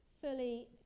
fully